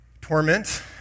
torment